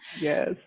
Yes